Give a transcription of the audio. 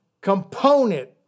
component